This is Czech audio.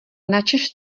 načež